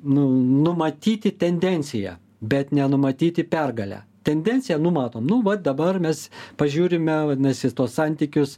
nu numatyti tendenciją bet nenumatyti pergalę tendenciją numatom nu va dabar mes pažiūrime vadinasi tuos santykius